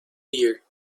dear